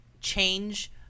change